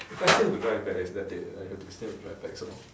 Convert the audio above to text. I still have to drive back leh I have to still have to drive back so